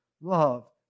Love